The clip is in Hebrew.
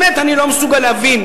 באמת אני לא מסוגל להבין,